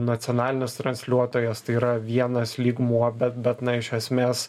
nacionalinis transliuotojas tai yra vienas lygmuo bet bet na iš esmės